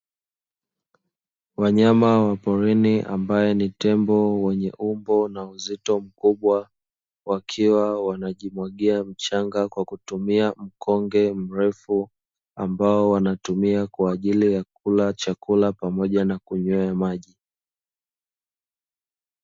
Wanyama wa porini ambao ni tembo mweye umbo na uzito mkubwa, wakiwa wanajimwagia mchanga kwa kutumia mkonge mrefu, ambao wanatumia kwa ajili ya kula chakula pamoja wa na kunywea maji.